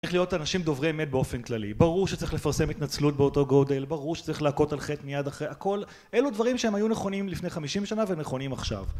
צריך להיות אנשים דוברי אמת באופן כללי. ברור שצריך לפרסם התנצלות באותו גודל, ברור שצריך להכות על חטא מיד אחרי, הכל. אלו דברים שהם היו נכונים לפני 50 שנה והם נכונים עכשיו